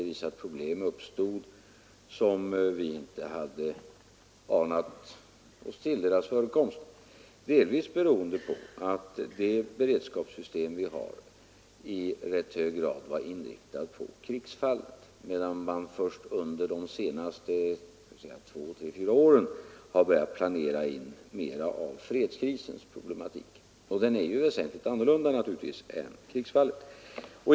Vissa problem uppstod som vi inte hade förutsett, delvis beroende på att det beredskapssystem vi har i rätt hög grad var inriktat på krigsfallet, medan man först under de senaste tre fyra åren har börjat planera för fredskrisens problematik; denna är givetvis väsentligt annorlunda än krigsfallets.